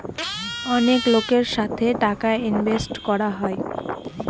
অনেক লোকের সাথে টাকা ইনভেস্ট করা হয়